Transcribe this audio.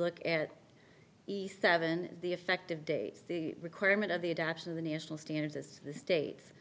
look at the seven the effective date requirement of the adoption of the national standards as the states